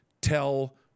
tell